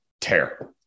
tear